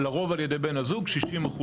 לרוב על ידי בין הזוג 60%,